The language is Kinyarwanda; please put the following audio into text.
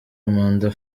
amanda